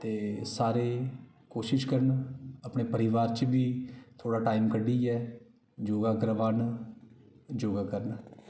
ते सारें ई कोशिश करन अपने परिवार च बी थोह्ड़ा टाइम कड्ढियै योगा करवाना योगा करना